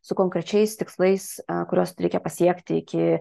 su konkrečiais tikslais kuriuos reikia pasiekti iki